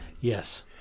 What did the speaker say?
Yes